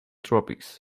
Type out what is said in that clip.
tropics